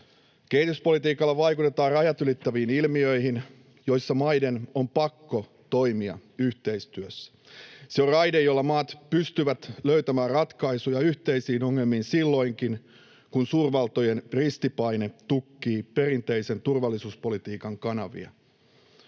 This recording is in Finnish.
Kehityspolitiikalla vaikutetaan rajat ylittäviin ilmiöihin, joissa maiden on pakko toimia yhteistyössä. Se on raide, jolla maat pystyvät löytämään ratkaisuja yhteisiin ongelmiin silloinkin, kun suurvaltojen ristipaine tukkii perinteisen turvallisuuspolitiikan kanavia.